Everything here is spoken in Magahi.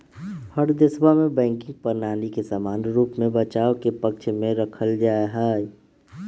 हर देशवा में बैंकिंग प्रणाली के समान रूप से बचाव के पक्ष में रखल जाहई